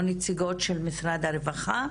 או נציגות של משרד הרווחה.